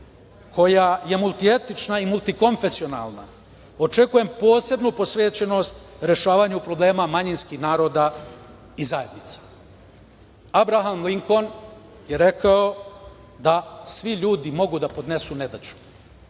koja je multietnička i multikonfesionalna, očekujem posebnu posvećenost rešavanju problema manjinskih naroda i zajednice. Abraham Linkoln je rekao da svi ljudi mogu da podnesu nedaću,